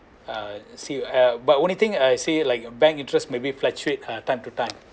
uh see ah uh but only thing I see like a bank interest may be fluctuate uh time to time